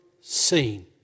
seen